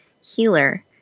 healer